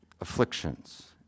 afflictions